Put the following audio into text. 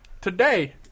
today